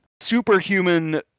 superhuman